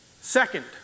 Second